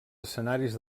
escenaris